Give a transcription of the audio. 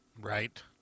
Right